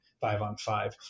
five-on-five